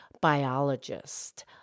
biologist